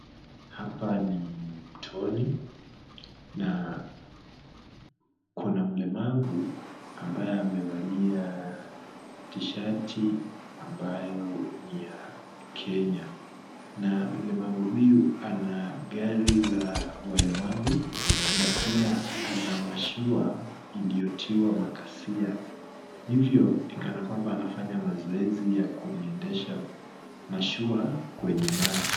Hapa ni mtoni na kuna mlemavu ambaye amevalia tishati ambayo ni ya Kenya. Na mlemavu huyu ana gari la walemavu na pia ana mashua iliyotiwa makasia. Hivyo, ni kana kwamba anafanya mazoezi ya kuendesha mashua kwenye maji.